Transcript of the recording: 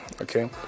okay